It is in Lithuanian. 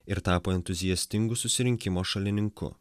ir tapo entuziastingu susirinkimo šalininku